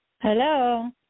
Hello